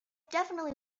definitely